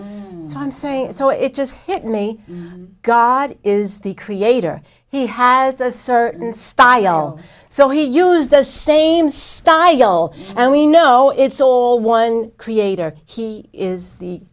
so i'm saying so it just hit me god is the creator he has a certain style so he used the same style and we know it's all one creator he is the